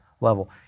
level